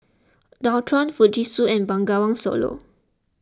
Dualtron Fujitsu and Bengawan Solo